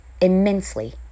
immensely